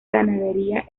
ganadería